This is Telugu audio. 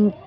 ఇంక్